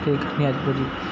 એકની આજુબાજુ